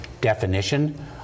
definition